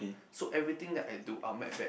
so everything that I do I'll map back